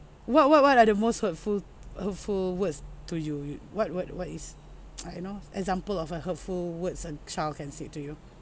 what what what are the most hurtful hurtful words to you you what what what is like you know example of uh hurtful words a child can said to you